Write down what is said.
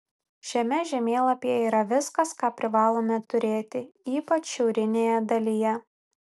šiame žemėlapyje yra viskas ką privalome turėti ypač šiaurinėje dalyje